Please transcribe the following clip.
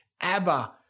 Abba